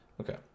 okay